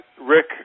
Rick